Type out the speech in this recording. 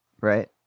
right